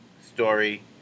story